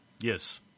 Yes